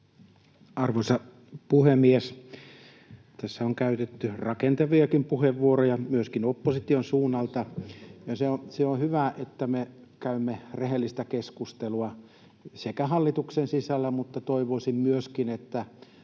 Arvoisa puhemies! Tässä on käytetty rakentaviakin puheenvuoroja myöskin opposition suunnalta, ja se on hyvä, että me käymme rehellistä keskustelua hallituksen sisällä, mutta toivoisin myöskin, että